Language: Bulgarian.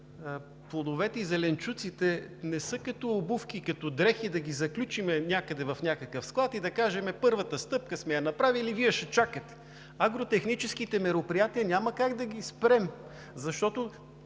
плодовете и зеленчуците не са като обувки, като дрехи, да ги заключим някъде в някакъв склад и да кажем: „Първата стъпка сме я направили, а Вие ще чакате.“ Агротехническите мероприятия няма как да ги спрем, защото